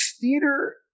Theater